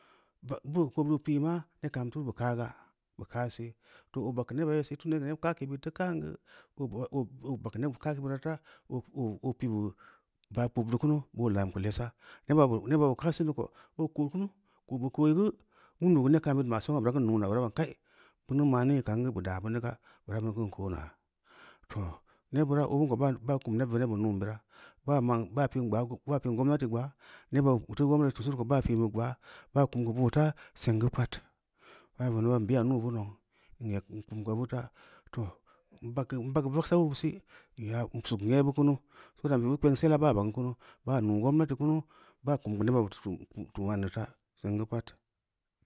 boo ko bu pii maa neb kaam turu bu kaaga, bu kaa seu, too oo bag keu neba ye si tunda neb kaakee bid deu kam geu, oo bag keu neb kaake bira reu fa, oo pi’ bu ba’ kpob beu kunu, boo lam keu lesa, neba bu neba bu kaasen neu ko oo ko kunu ko bu koyi geu mundu geu neb kam bureu ma sanga bura bam kai buneu mayi nii kaan geu bu daa bini ga, bura bini kan ko’ naa too, nebbura obin ko baa kunu neb veneb bee nuun bira, ban ma’n bam pi’n gomnati gba’a, neba butu gomnati tusa reu ko baa pi’bu gba’a, baa kum geu boo ta, seng geu pad. Baa veneba n buya nuu bu nou, n eg, n kum geu obu ta. Too, n bag keu vogseu obu beu si, nya n suk nye bu kuna, bid yan pi’ bu kpengsila baa bagn kunu, baa naa gomnati kunu, baa kum geu neba butu tu ma’n neu ta, seng geu pad.